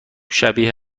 شبیه